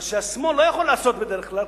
מה שהשמאל לא יכול לעשות בדרך כלל,